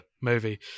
movie